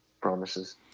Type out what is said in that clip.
promises